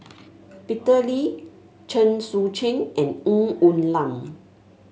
Peter Lee Chen Sucheng and Ng Woon Lam